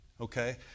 Okay